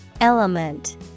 Element